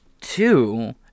Two